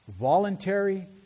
voluntary